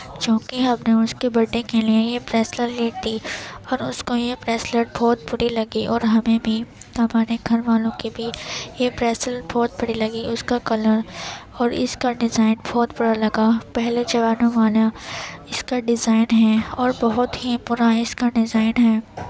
جو کہ ہم نے اس کے برتھ ڈے کے لیے یہ بریسلٹ لی تھی اور اس کو یہ بریسلٹ بہت بری لگی اور ہمیں بھی ہمارے گھر والوں کے بھی یہ بریسل بہت بری لگی اس کا کلر اور اس کا ڈیزائن بہت برا لگا پہلے زمانوں والا اس کا ڈیزائن ہے اور بہت ہی برا اس کا ڈیزائن ہے